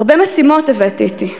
הרבה משימות הבאתי אתי,